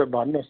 हजुर भन्नुहोस्